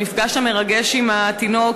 המפגש המרגש עם התינוק,